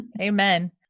Amen